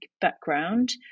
background